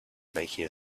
making